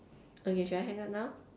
okay should I hang up now